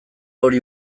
hori